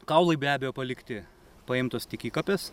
kaulai be abejo palikti paimtos tik įkapės